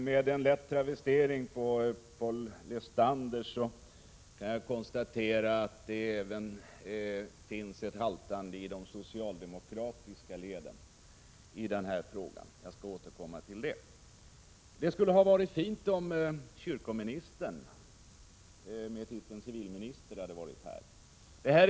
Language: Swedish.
Fru talman! För att travestera Paul Lestander kan jag konstatera att även de socialdemokratiska leden haltar i denna fråga. Jag skall återkomma till det. Det skulle ha varit fint om kyrkoministern, med titeln civilminister, hade varit här.